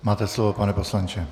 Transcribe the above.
Máte slovo, pane poslanče.